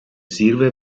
sirve